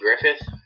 Griffith